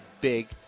big